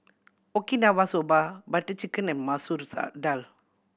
Okinawa Soba Butter Chicken and Masoor Dal